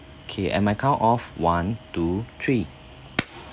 okay at my count of one two three